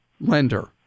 lender